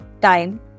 time